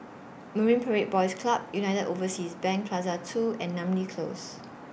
Marine Parade Boys Club United Overseas Bank Plaza two and Namly Close